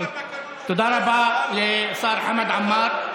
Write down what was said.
תודה רבה לשר חמד עמאר.